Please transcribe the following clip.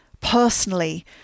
personally